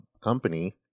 company